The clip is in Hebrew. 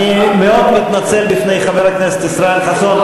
אני מאוד מתנצל בפני חבר הכנסת ישראל חסון.